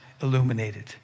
illuminated